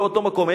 באותו מקום.